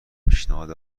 پیشنهاد